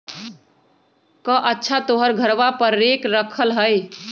कअच्छा तोहर घरवा पर रेक रखल हई?